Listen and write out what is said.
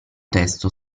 testo